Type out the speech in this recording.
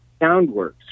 Soundworks